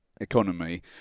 economy